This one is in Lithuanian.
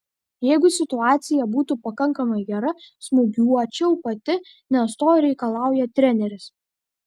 jeigu situacija būtų pakankamai gera smūgiuočiau pati nes to reikalauja treneris